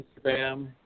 Instagram